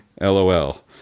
lol